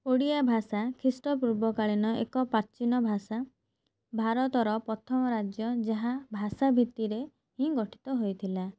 ଓଡ଼ିଆ ଭାଷା ଖ୍ରୀଷ୍ଟପୂର୍ବ କାଳୀନ ଏକ ପ୍ରାଚୀନ ଭାଷା ଭାରତର ପ୍ରଥମ ରାଜ୍ୟ ଯାହା ଭାଷା ଭିତ୍ତିରେ ହିଁ ଗଠିତ ହୋଇଥିଲା